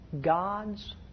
God's